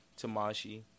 Tamashi